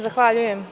Zahvaljujem.